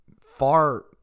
Far